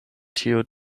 tiu